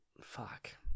Fuck